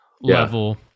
level